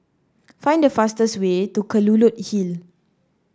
find the fastest way to Kelulut Hill